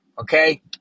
okay